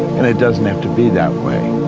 and it doesn't have to be that way.